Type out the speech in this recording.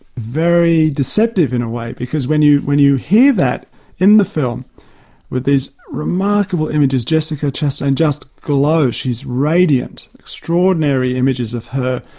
very deceptive in a way because when you when you hear that in the film with these remarkable images jessica chastain and just glows, she's radiant. extraordinary images of her.